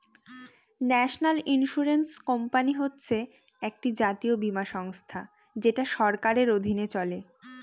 national insurance company হচ্ছে একটি জাতীয় বীমা সংস্থা যেটা সরকারের অধীনে চলে